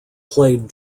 played